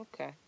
Okay